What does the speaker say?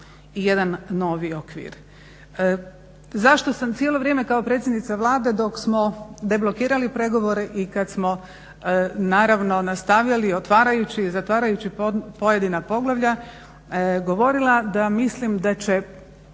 cijelo vrijeme. Zašto sam cijelo vrijeme kao predsjednica Vlade dok smo deblokirali pregovore i kad smo naravno nastavljali otvarajući i zatvarajuću pojedina poglavlja govorila da mislim da će